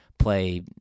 play